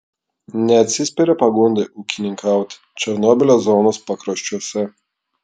neatsispiria pagundai ūkininkauti černobylio zonos pakraščiuose